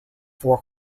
four